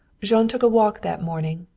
jean took a walk that morning,